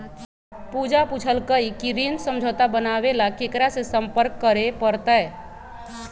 पूजा पूछल कई की ऋण समझौता बनावे ला केकरा से संपर्क करे पर तय?